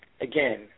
Again